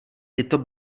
tyto